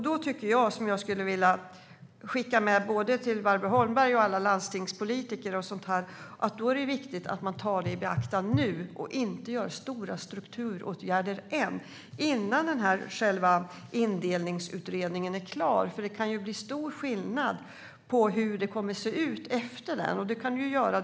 Därför skulle jag vilja göra ett medskick både till Barbro Holmberg och till alla landstingspolitiker att det är viktigt att man tar detta i beaktande nu och inte vidtar stora strukturåtgärder än, innan denna indelningsutredning är klar. Det kan bli stor skillnad på hur det kommer att se ut efter den.